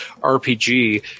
RPG